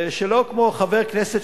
שלא כמו חבר כנסת,